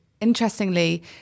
interestingly